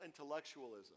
intellectualism